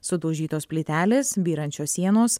sudaužytos plytelės byrančios sienos